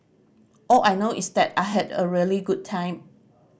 all I know is that I had a really good time